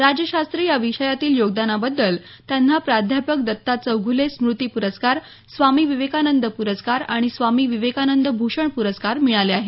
राज्यशास्त्र या विषयातील योगदानाबद्दल त्यांना प्राध्यापक दत्ता चौघूले स्मूती प्रस्कार स्वामी विवेकानंद पुरस्कार आणि स्वामी विवेकानंद भूषण पुरस्कार मिळाले आहेत